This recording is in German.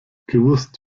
gewusst